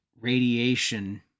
radiation